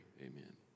amen